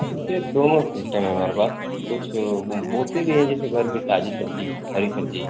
वैसे दोनों सिस्टम है हमारे पास कुछ बोते भी हैं जैसे घर की ताज़ी सब्ज़ी हरी सब्ज़ी